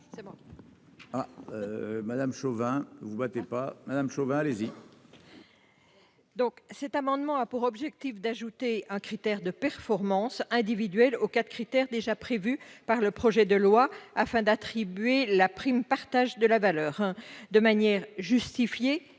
Cet amendement tend à ajouter un critère de performance individuelle aux quatre critères déjà prévus dans le projet de loi afin d'attribuer la prime de partage de la valeur de manière justifiée